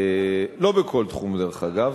ולא בכל תחום, דרך אגב.